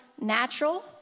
natural